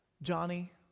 Johnny